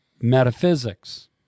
metaphysics